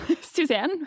Suzanne